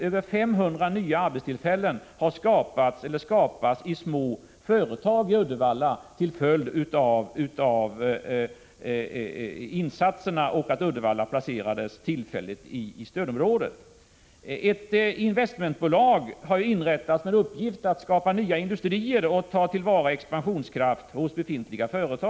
Över 500 arbetstillfällen har skapats eller kommer att skapas i små företag i Uddevalla till följd av insatserna och genom att Uddevalla tillfälligt placerades i stödområdet. Ett investmentbolag har vidare inrättats med uppgift att skapa nya industrier och ta till vara expansionskraft hos befintliga företag.